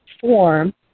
form